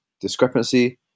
discrepancy